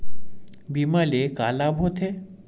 बीमा ले का लाभ होथे?